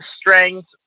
strength